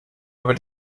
aber